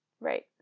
Right